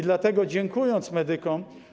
Dlatego dziękuję medykom.